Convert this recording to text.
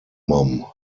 mum